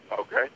okay